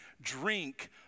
drink